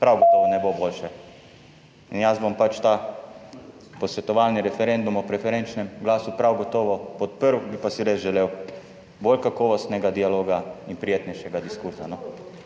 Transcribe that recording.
prav gotovo ne bo boljše. In jaz bom pač ta posvetovalni referendum o preferenčnem glasu prav gotovo podprl, bi pa si res želel bolj kakovostnega dialoga in prijetnejšega diskurza.